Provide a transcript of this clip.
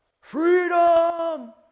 Freedom